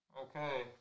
Okay